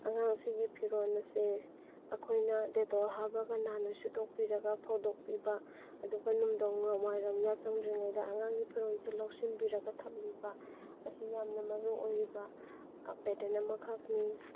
ꯑꯉꯥꯡ ꯑꯁꯤꯒꯤ ꯐꯤꯔꯣꯜ ꯑꯁꯦ ꯑꯩꯈꯣꯏꯅ ꯗꯦꯇꯣꯜ ꯍꯥꯞꯂꯒ ꯅꯥꯟꯅ ꯁꯨꯗꯣꯛꯄꯤꯔꯒ ꯐꯧꯗꯣꯛꯄꯤꯕ ꯑꯗꯨꯒ ꯅꯨꯡꯗꯥꯡ ꯋꯥꯏꯔꯝ ꯌꯥꯆꯪꯗ꯭ꯔꯤꯉꯩꯗ ꯑꯉꯥꯡꯒꯤ ꯐꯤꯔꯣꯜꯁꯦ ꯂꯧꯁꯤꯟꯕꯤꯔꯒ ꯊꯝꯕꯤꯕ ꯑꯁꯤ ꯌꯥꯝꯅ ꯃꯔꯨꯑꯣꯏꯔꯤꯕ ꯄꯦꯇ꯭ꯔꯟ ꯑꯃꯈꯛꯅꯤ